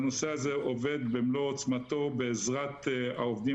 הנושא הזה עובד במלוא עוצמתו בעזרת העובדים